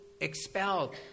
expelled